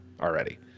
already